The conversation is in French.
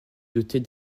dotée